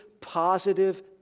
positive